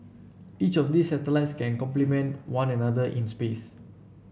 each of these satellites can complement one another in space